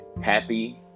Happy